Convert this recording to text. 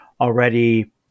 already